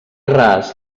ras